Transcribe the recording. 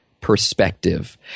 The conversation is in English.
perspective